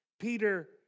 Peter